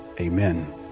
amen